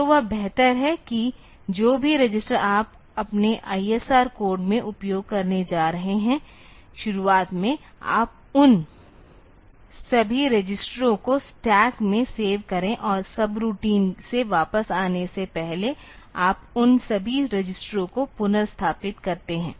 तो यह बेहतर है कि जो भी रजिस्टर आप अपने ISR कोड में उपयोग करने जा रहे हैं शुरुआत में आप उन सभी रजिस्टरों को स्टैक में सेव करे और सबरूटीन से वापस आने से पहले आप उन सभी रजिस्टरों को पुनर्स्थापित करते हैं